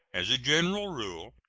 as a general rule,